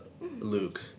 Luke